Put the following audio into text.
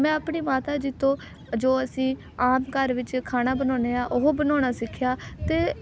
ਮੈਂ ਆਪਣੇ ਮਾਤਾ ਜੀ ਤੋਂ ਜੋ ਅਸੀਂ ਆਪ ਘਰ ਵਿੱਚ ਖਾਣਾ ਬਣਾਉਂਦੇ ਹਾਂ ਉਹ ਬਣਾਉਣਾ ਸਿੱਖਿਆ ਅਤੇ